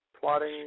plotting